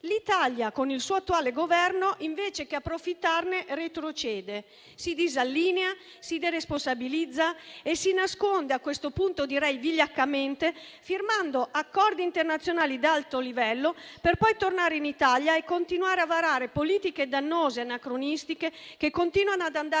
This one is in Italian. l'Italia, con il suo attuale Governo, invece di approfittarne, retrocede, si disallinea, si deresponsabilizza e si nasconde, a questo punto direi vigliaccamente, firmando accordi internazionali ad alto livello, per poi tornare in Italia e continuare a varare politiche dannose e anacronistiche, che continuano ad andare